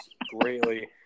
greatly